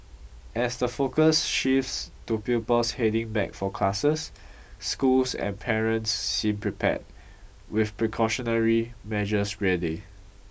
as the focus shifts to pupils heading back for classes schools and parents seem prepared with precautionary measures ready